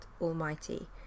Almighty